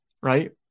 right